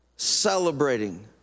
Celebrating